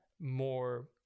more